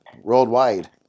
worldwide